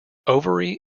ovary